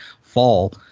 Fall